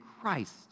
Christ